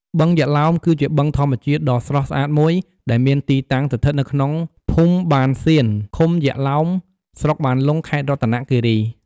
បឹងយក្សឡោម គឺជាបឹងធម្មជាតិដ៏ស្រស់ស្អាតមួយ ដែលមានទីតាំងស្ថិតនៅក្នុងភូមិបានសៀន ឃុំយក្សឡោម ស្រុកបានលុង ខេត្តរតនគិរី។